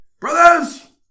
Brothers